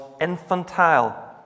infantile